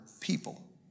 people